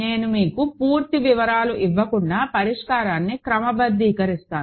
నేను మీకు పూర్తి వివరాలు ఇవ్వకుండా పరిష్కారాన్ని క్రమబద్ధీకరిస్తాను